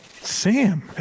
Sam